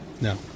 No